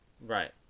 Right